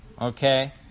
Okay